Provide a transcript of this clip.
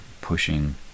pushing